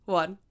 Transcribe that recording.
one